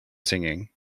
singing